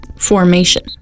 Formation